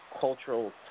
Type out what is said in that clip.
cultural